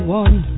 one